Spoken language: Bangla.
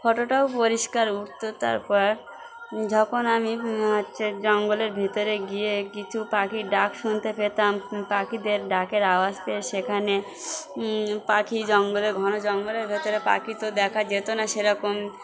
ফটোটাও পরিষ্কার উঠত তারপর যখন আমি হচ্ছে জঙ্গলের ভিতরে গিয়ে কিছু পাখির ডাক শুনতে পেতাম পাখিদের ডাকের আওয়াজ পেয়ে সেখানে পাখি জঙ্গলে ঘন জঙ্গলের ভেতরে পাখি তো দেখা যেত না সেরকম